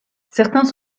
certains